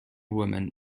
woman